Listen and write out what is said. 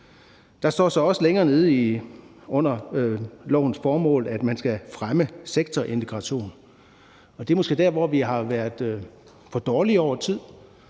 Der står så også længere nede, under lovens formål, at man skal fremme sektorintegration, og det er måske der, hvor vi har været for dårlige over tid: